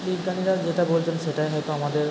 বিজ্ঞানীরা যেটা বলবেন সেটা হয়তো আমাদের